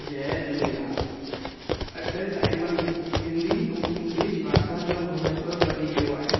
जय झूलेलाल अॼु टाइम में हिंदी ऐं इंग्लिश भाषा जो महत्व वधी वियो आहे